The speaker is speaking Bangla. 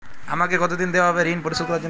আমাকে কতদিন দেওয়া হবে ৠণ পরিশোধ করার জন্য?